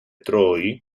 troy